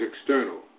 external